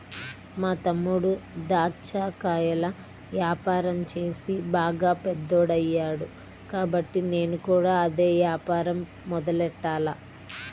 మా తమ్ముడు దాచ్చా కాయల యాపారం చేసి బాగా పెద్దోడయ్యాడు కాబట్టి నేను కూడా అదే యాపారం మొదలెట్టాల